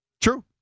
True